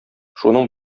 шуның